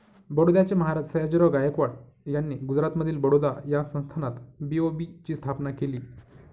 बडोद्याचे महाराज सयाजीराव गायकवाड यांनी गुजरातमधील बडोदा या संस्थानात बी.ओ.बी ची स्थापना केली